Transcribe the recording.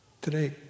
Today